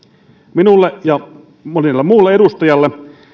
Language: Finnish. minulle ja monelle muulle edustajalle